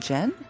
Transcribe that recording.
Jen